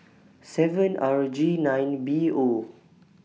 seven R G nine B O